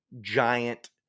giant